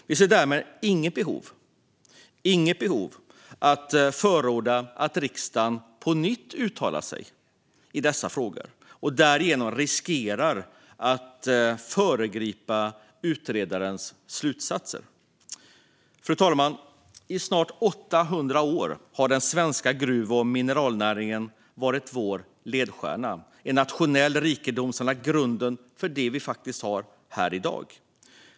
Vi ser därmed inget behov av att förorda att riksdagen på nytt uttalar sig i dessa frågor och därigenom riskerar att föregripa utredarens slutsatser. Fru talman! I snart 800 år har den svenska gruv och mineralnäringen varit vår ledstjärna - en nationell rikedom som har lagt grunden för det vi har i dag.